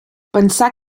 pensà